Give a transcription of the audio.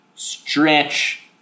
Stretch